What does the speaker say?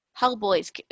Hellboy's